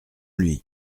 lui